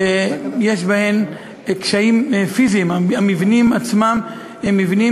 ויש בהן קשיים פיזיים: המבנים עצמם הם מבנים